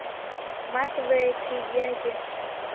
ᱢᱟ ᱛᱚᱵᱮ ᱴᱷᱤᱠᱜᱮᱭᱟ ᱦᱮᱸᱥᱮ